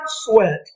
sweat